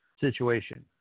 situation